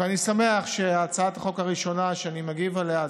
אני שמח שהצעת החוק הראשונה שאני מגיב עליה,